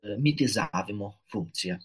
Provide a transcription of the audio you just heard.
mitizavimo funkcija